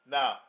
Now